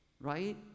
right